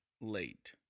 late